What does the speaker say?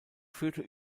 führte